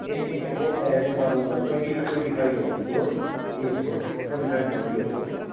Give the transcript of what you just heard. eighteen above age and तपाईँलाई म twenty two twenty फाइभहरूको एजको ट्वेन्टी फाइभ थर्टीहरूको